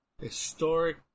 Historic